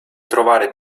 trovare